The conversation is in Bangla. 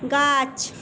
গাছ